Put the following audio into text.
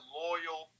loyal